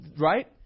right